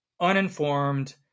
uninformed